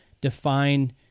define